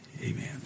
Amen